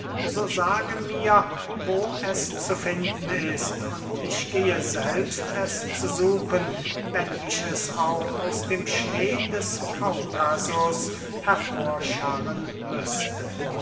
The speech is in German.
so sage mir wo es zu finden ist und ich gehe selbst es zu suchen wenn ich es auch aus dem schnee des kaukasus hervorscharren müßte